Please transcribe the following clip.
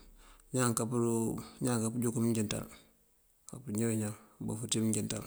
ñaan ká pujúk bëjënţal, kañaw iñan bof ţí mëjënţal.